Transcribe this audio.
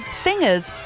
singers